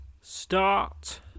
Start